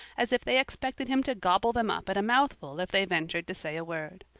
as if they expected him to gobble them up at a mouthful if they ventured to say a word.